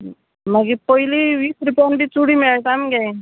मागीर पयलीं वीस रुपयान बी चुडी मेळटा मगे